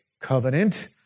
covenant